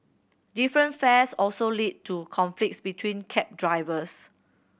different fares also lead to conflict between cab drivers